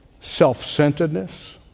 self-centeredness